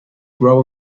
grow